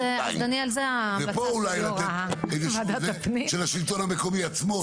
ופה אולי --- של השלטון המקומי עצמו.